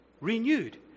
renewed